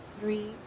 three